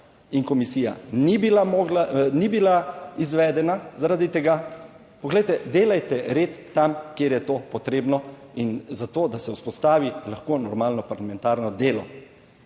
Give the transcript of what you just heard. komisija ni bila izvedena zaradi tega. Poglejte, delajte red tam kjer je to potrebno in za to, da se vzpostavi lahko normalno parlamentarno delo.